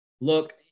Look